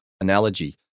analogy